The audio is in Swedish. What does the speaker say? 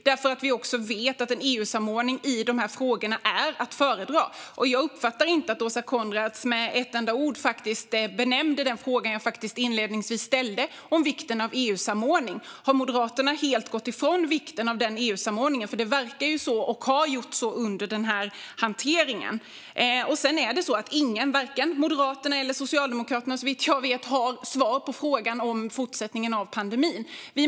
Vi vet nämligen att en EU-samordning i de här frågorna är att föredra. Jag uppfattar inte att Åsa Coenraads med ett enda ord besvarade den fråga jag inledningsvis ställde om vikten av EU-samordning. Har Moderaterna helt gått ifrån den? Det verkar nämligen så. Det har man i alla fall gjort under den här hanteringen. Ingen, varken Moderaterna eller Socialdemokraterna såvitt jag vet, vet hur fortsättningen av pandemin kommer att se ut.